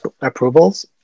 approvals